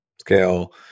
scale